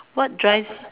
what drives